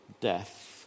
death